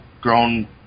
grown